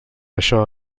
això